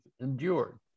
endured